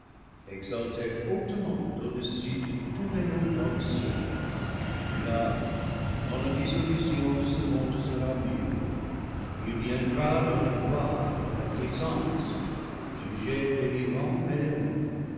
exalté hautement au-dessus de tous les noms dans le ciel de là quand la dissolution de ce monde sera mûre il viendra dans la gloire et la puissance juger les vivants et les morts